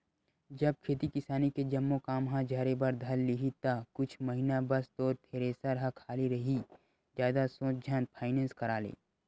जब खेती किसानी के जम्मो काम ह झरे बर धर लिही ता कुछ महिना बस तोर थेरेसर ह खाली रइही जादा सोच झन फायनेंस करा ले